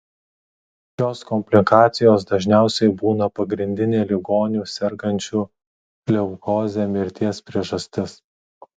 šios komplikacijos dažniausiai būna pagrindinė ligonių sergančių leukoze mirties priežastis